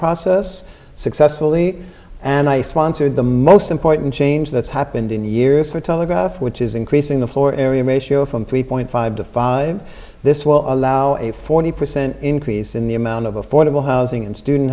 process successfully and i sponsored the most important change that's happened in the years for telegraph which is increasing the floor area may show from three point five to five this will allow a forty percent increase in the amount of affordable housing and student